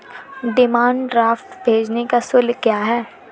Demand draft भेजने का शुल्क क्या है?